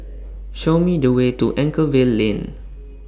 Show Me The Way to Anchorvale Lane